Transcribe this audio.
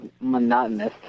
monotonous